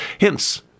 Hence